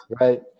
right